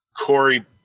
Corey